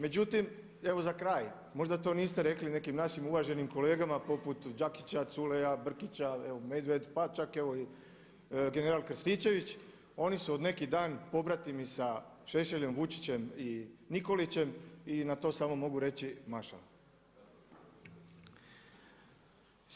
Međutim evo za kraj, možda to niste rekli nekim našim uvaženim kolegama poput Đakića, Culeja, Brkića evo Medved, pa čak evo i general Krstičević, oni su od neki dan pobratimi sa Šešeljem, Vučićem i Nikolićem i na to samo mogu reći mašala.